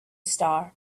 star